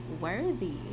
worthy